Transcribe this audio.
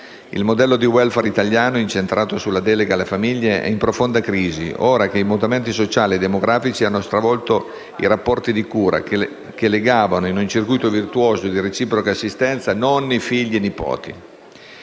Il modello di *welfare* italiano, incentrato sulla delega alle famiglie, è in profonda crisi ora che i mutamenti sociali e demografici hanno stravolto i rapporti di cura che legavano, in un circuito virtuoso di reciproca assistenza, nonni, figli e nipoti.